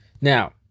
Now